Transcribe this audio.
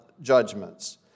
judgments